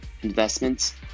investments